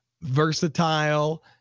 versatile